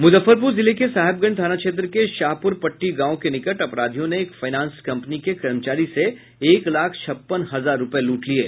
मुजफ्फरपुर जिले के साहेबगंज थाना क्षेत्र के शाहपुरपट्टी गांव के निकट अपराधियों ने एक फाईनेंस कंपनी के कर्मचारी से एक लाख छप्पन हजार रूपये लूट लिये